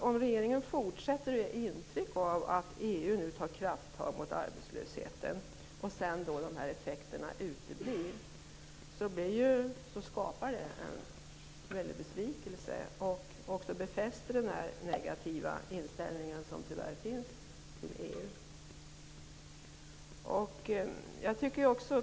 Om regeringen fortsätter att ge intryck av att EU nu tar krafttag mot arbetslösheten och effekterna sedan uteblir, är det risk att det skapar en väldig besvikelse och befäster den negativa inställning som tyvärr finns till EU.